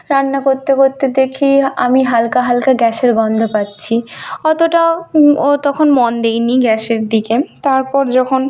রান্না করতে করতে দেখি আমি হালকা হালকা গ্যাসের গন্ধ পাচ্ছি অতোটাও ও তখন মন দিইনি গ্যাসের দিকে তারপর যখন